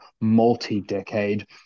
multi-decade